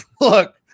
look